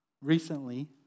recently